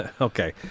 okay